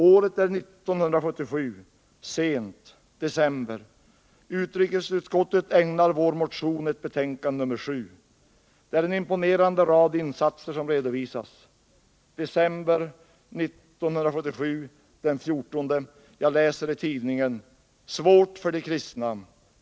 Året är 1977, sent, december. Utrikesutskottet ägnar vår motion ett betänkande, nr 7. Det är en imponerande rad insatser som redovisas. 14 december 1977. Jag läser i tidningen: ”Svårt för de kristna.